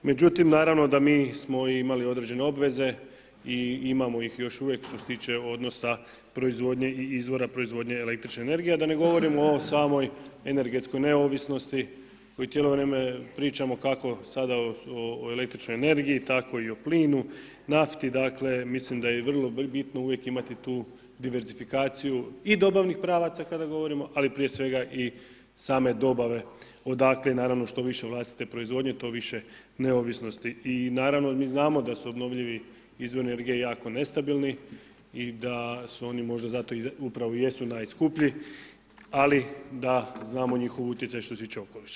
Međutim, naravno da mi smo imali i određene obveze i imamo ih još uvijek što se tiče odnosa proizvodnje i izvora proizvodnje električne energije, a da ne govorimo o samoj energetskoj neovisnosti koju cijelo vrijeme pričamo kako sada o električnoj energiji tako i o plinu, nafti, dakle, mislim da je vrlo bitno uvijek imati tu diverzifikaciju i dobavnih pravaca kada govorimo, ali prije svega i same dobave odakle, naravno što više vlastite proizvodnje, to više neovisnosti i naravno mi znamo da su obnovljivi izvori energije jako nestabilni i da su oni možda zato upravo jesu najskuplji ali da znamo njihov utjecaj što se tiče okoliša.